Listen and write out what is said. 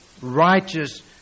righteous